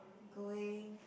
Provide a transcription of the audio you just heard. going